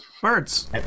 Birds